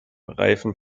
reifen